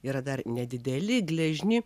yra dar nedideli gležni